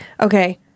Okay